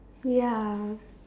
ya